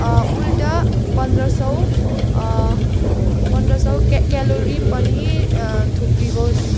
उल्टा पन्ध्र सय पन्ध्र सय केलोरी पनि थप्नुहोस्